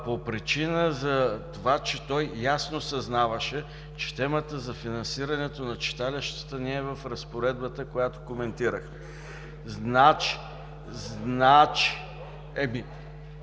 по причина за това, че той ясно съзнаваше, че темата за финансирането на читалищата не е в разпоредбата, която коментира. ДРАГОМИР